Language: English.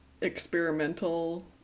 experimental